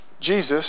Jesus